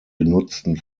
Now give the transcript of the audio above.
genutzten